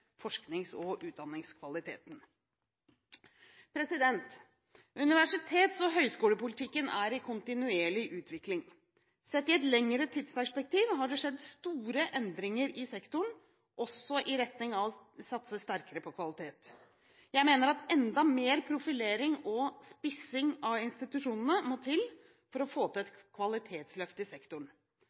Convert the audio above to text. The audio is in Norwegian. forsknings- og utdanningskvaliteten. Universitets- og høyskolepolitikken er i kontinuerlig utvikling. Sett i et lengre tidsperspektiv har det skjedd store endringer i sektoren, også i retning av å satse sterkere på kvalitet. Jeg mener at enda mer profilering og spissing av institusjonene må til for å få til et kvalitetsløft i sektoren.